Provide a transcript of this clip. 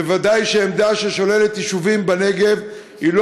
וודאי שעמדה ששוללת יישובים בנגב היא לא